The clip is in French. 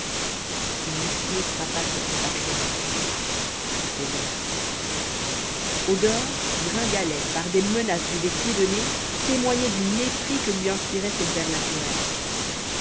l'huissier frappa sur ses parchemins c'était vrai au dehors gringalet par des menaces et des pieds de nez témoignait du mépris que lui inspirait son père naturel